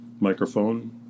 microphone